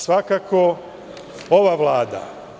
Svakako ova Vlada.